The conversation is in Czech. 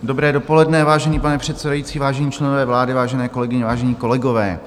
Dobré dopoledne, vážený pane předsedající, vážení členové vlády, vážené kolegyně, vážení kolegové.